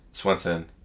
Swenson